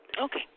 Okay